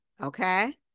Okay